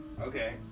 Okay